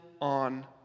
on